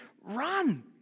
Run